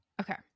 Okay